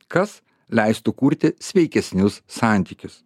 kas leistų kurti sveikesnius santykius